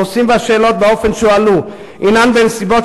הנושאים והשאלות באופן שהועלו הם בנסיבות